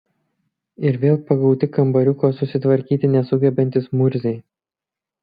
ir vėl pagauti kambariuko susitvarkyti nesugebantys murziai